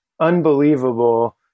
unbelievable